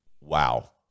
wow